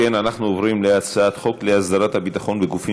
אנחנו עוברים להצעת חוק להסדרת הביטחון בגופים